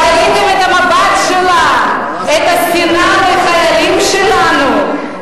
ראיתם את המבט שלה, את השנאה לחיילים שלנו?